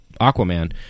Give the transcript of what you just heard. Aquaman